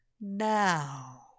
now